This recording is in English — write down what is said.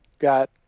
got